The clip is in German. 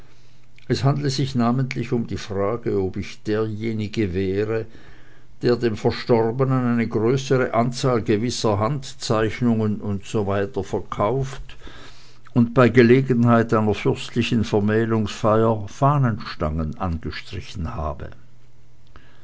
es handle sich namentlich um die frage ob ich derjenige wäre der dem verstorbenen eine größere zahl gewisser handzeichnungen usw verkauft und bei gelegenheit einer fürstlichen vermählungsfeier fahnenstangen angestrichen habe